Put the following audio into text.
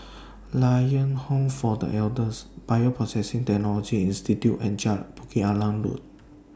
Lions Home For The Elders Bioprocessing Technology Institute and Bukit Arang Road